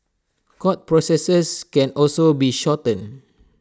court processes can also be shortened